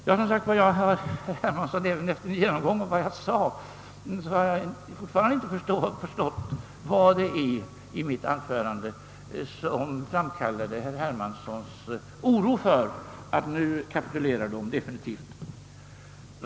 Jag har som sagt, herr Hermansson, även efter en genomgång av vad jag sade inte förstått vad det är i mitt anförande som framkallade herr Hermanssons oro för att vi nu skulle kapitulera för borgerligheten.